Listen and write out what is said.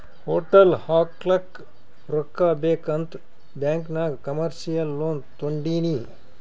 hotel ಹಾಕ್ಲಕ್ ರೊಕ್ಕಾ ಬೇಕ್ ಅಂತ್ ಬ್ಯಾಂಕ್ ನಾಗ್ ಕಮರ್ಶಿಯಲ್ ಲೋನ್ ತೊಂಡಿನಿ